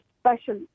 special